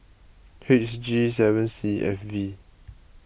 H G seven C F V